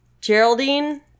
Geraldine